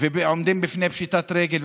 ועומדים בפני פשיטת רגל,